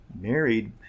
married